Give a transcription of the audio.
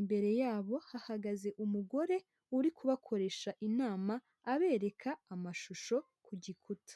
imbere yabo hahagaze umugore uri kubakoresha inama, abereka amashusho ku gikuta.